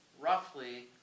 roughly